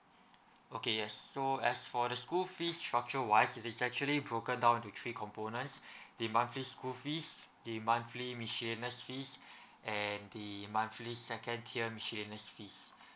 okay yes so as for the school fees structure wise it is actually broken down into three components the monthly school fees the monthly miscellaneous fees and the monthly second tier miscellaneous fees